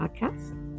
Podcast